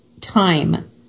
time